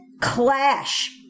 clash